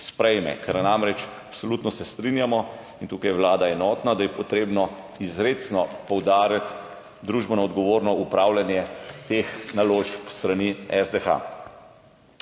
Ker namreč, absolutno se strinjamo, in tukaj je vlada enotna, da je potrebno izrecno poudariti družbeno odgovorno upravljanje teh naložb s strani SDH.